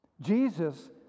Jesus